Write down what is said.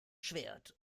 schwert